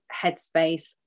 headspace